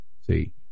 See